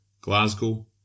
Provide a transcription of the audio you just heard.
Glasgow